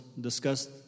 discussed